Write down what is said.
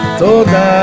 toda